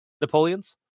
napoleon's